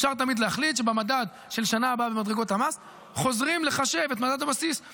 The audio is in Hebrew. אפשר תמיד להחליט שבמדד של שנה הבאה במדרגות המס חוזרים לחשב את